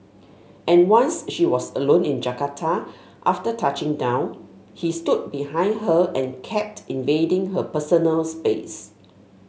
and once she was alone in Jakarta after touching down he stood behind her and kept invading her personal space